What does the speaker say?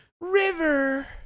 River